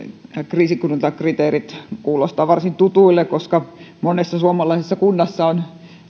kriisikuntakriteerit kuulostavat varsin tutuille koska monessa suomalaisessa kunnassa on